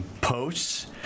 Posts